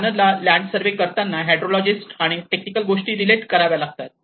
प्लानरला land survey करताना hydrologist आणि technical गोष्टी रिलेट कराव्या लागतात